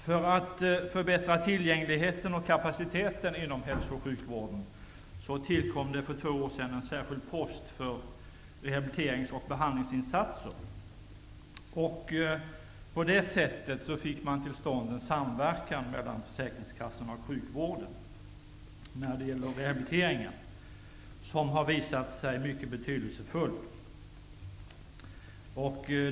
För att förbättra tillgängligheten och kapaciteten inom hälso och sjukvården tillkom för två år sedan en särskild post för rehabiliterings och behandlingsinsatser. På det sättet fick man till stånd en samverkan mellan försäkringskassorna och sjukvården när det gäller rehabiliteringen, som har visat sig vara mycket betydelsefull.